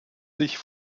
sich